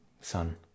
son